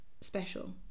special